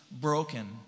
broken